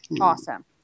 Awesome